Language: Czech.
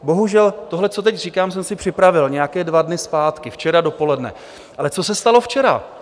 Bohužel tohle, co teď říkám, jsem si připravil nějaké dva dny zpátky, včera dopoledne, ale co se stalo včera.